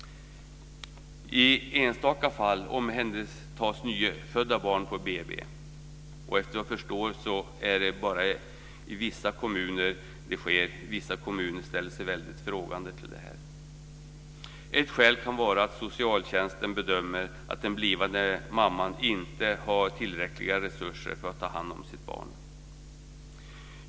I enstaka fall omhändertas nyfödda barn på BB. Efter vad jag förstår är det bara i vissa kommuner det sker. Vissa kommuner ställer sig väldigt frågande till det här. Ett skäl kan vara att socialtjänsten bedömer att den blivande mamman inte har tillräckliga resurser för att ta hand om sitt barn.